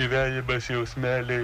gyvenimas jausmeliai